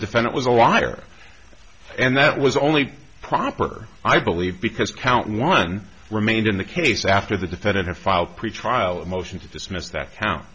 defendant was a liar and that was only proper i believe because count one remained in the case after the defendant had filed pretrial motions to dismiss that